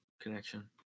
connection